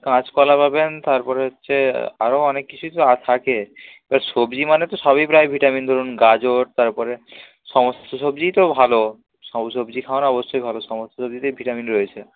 কাঁচকলা পাবেন তারপরে হচ্ছে আরও অনেক কিছুই তো থাকে এবার সবজি মানে তো সবই প্রায় ভিটামিন ধরুন গাজর তারপরে সমস্ত সবজিই তো ভালো সব সবজি খাওয়া অবশ্যই ভালো সমস্ত সবজিতেই ভিটামিন রয়েছে